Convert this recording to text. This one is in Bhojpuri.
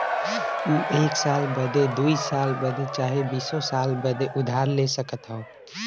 ऊ एक साल बदे, दुइ साल बदे चाहे बीसो साल बदे उधार ले सकत हौ